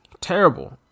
Terrible